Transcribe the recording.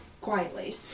quietly